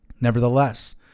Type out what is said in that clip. Nevertheless